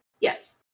Yes